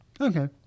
Okay